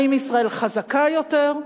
האם ישראל חזקה יותר?